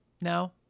No